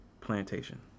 plantation